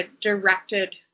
directed